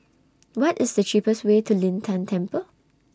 What IS The cheapest Way to Lin Tan Temple